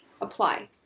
apply